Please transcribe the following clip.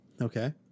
Okay